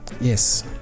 Yes